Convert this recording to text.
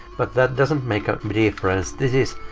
but that doesn't make a difference. this is